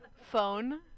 phone